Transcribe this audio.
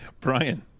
brian